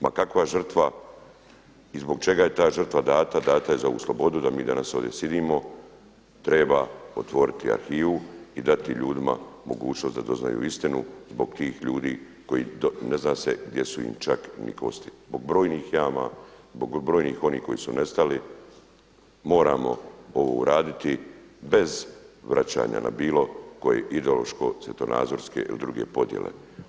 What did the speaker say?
Ma kakva žrtva i zbog čega je ta žrtva dana, dana je za ovu slobodu da mi danas ovdje sjedimo, treba otvoriti arhivu i dati ljudima mogućnost da doznaju istinu zbog tih ljudi ne zna se gdje su im čak ni kosti, zbog brojnih jama, zbog brojnih onih koji su nestali moramo ovo uraditi bez vraćanja na bilo koje ideološko svjetonazorske ili druge podjele.